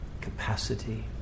capacity